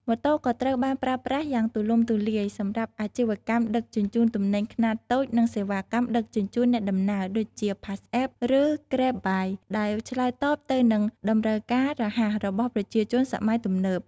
ម៉ូតូក៏ត្រូវបានប្រើប្រាស់យ៉ាងទូលំទូលាយសម្រាប់ អាជីវកម្មដឹកជញ្ជូនទំនិញខ្នាតតូច និង សេវាកម្មដឹកជញ្ជូនអ្នកដំណើរ ដូចជា PassApp ឬ Grab Bike ដែលឆ្លើយតបទៅនឹងតម្រូវការរហ័សរបស់ប្រជាជនសម័យទំនើប ។